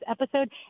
episode